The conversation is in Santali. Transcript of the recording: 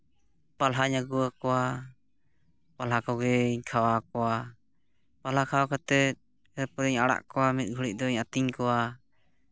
ᱯᱟᱞᱦᱟᱧ ᱟᱹᱜᱩ ᱟᱠᱚᱣᱟ ᱯᱟᱞᱦᱟ ᱠᱚᱜᱮᱧ ᱠᱷᱟᱣᱟᱣ ᱠᱚᱣᱟ ᱯᱟᱞᱦᱟ ᱠᱷᱟᱣᱟᱣ ᱠᱟᱛᱮ ᱮᱨᱯᱚᱨᱮᱧ ᱟᱲᱟᱜ ᱠᱚᱣᱟ ᱢᱤᱫ ᱜᱷᱟᱹᱲᱤᱡ ᱫᱚᱧ ᱟᱹᱛᱤᱧ ᱠᱚᱣᱟ